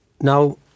Now